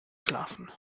schlafen